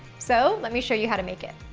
so let me show you how to make it.